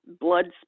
blood